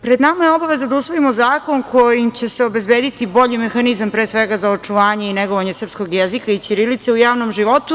Pred nama je obaveza da usvojimo zakon kojim će se obezbediti bolji mehanizam, pre svega za očuvanje i negovanje srpskog jezika i ćirilice u javnom životu.